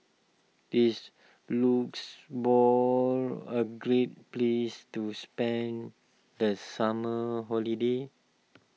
is Luxembourg a great place to spend the summer holiday